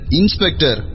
inspector